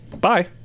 Bye